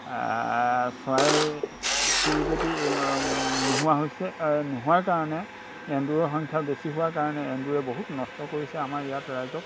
চৰাই চিৰিকটি নোহোৱা হৈছে নোহোৱাৰ কাৰণে এন্দুৰৰ সংখ্যা বেছি হোৱাৰ কাৰণে এন্দুৰে বহুত নষ্ট কৰিছে আমাৰ ইয়াত ৰাইজক